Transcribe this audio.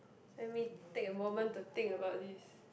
let me take a moment to think about this